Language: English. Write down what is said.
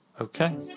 Okay